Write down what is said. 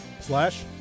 slash